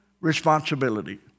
responsibility